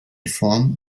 form